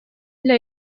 для